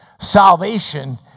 salvation